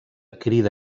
crida